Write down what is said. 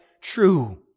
true